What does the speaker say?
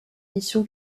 mission